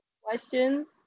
questions